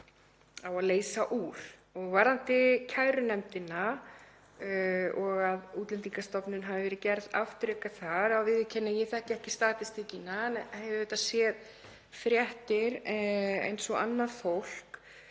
á að leysa úr. Varðandi kærunefndina og að Útlendingastofnun hafi verið gerð afturreka þar þá viðurkenni ég að ég þekki ekki statistíkina en hef auðvitað séð fréttir eins og annað fólk.